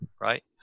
right